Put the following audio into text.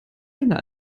länger